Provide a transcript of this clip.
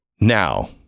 Now